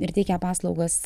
ir teikia paslaugas